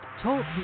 Talk